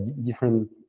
different